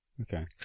Okay